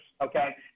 okay